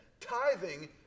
tithing